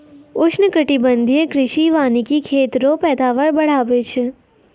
उष्णकटिबंधीय कृषि वानिकी खेत रो पैदावार बढ़ाबै छै